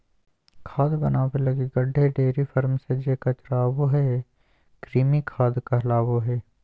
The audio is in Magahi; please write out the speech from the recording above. खाद बनाबे लगी गड्डे, डेयरी फार्म से जे कचरा आबो हइ, कृमि खाद कहलाबो हइ